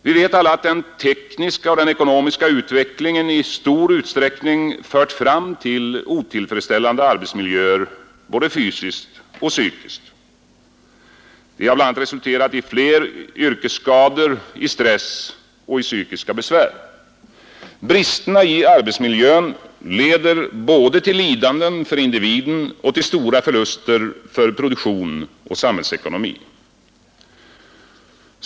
Vi vet alla att den tekniska och den ekonomiska utvecklingen i stor utsträckning fört fram till otillfredsställande arbetsmiljöer både fysiskt och psykiskt. Det har bl.a. resulterat i fler yrkesskador, i stress och psykiska besvär. Bristerna i arbetsmiljön leder både till lidanden för individen och till stora förluster för produktion och samhällsekonomi.